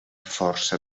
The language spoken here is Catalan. força